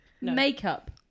Makeup